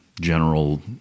general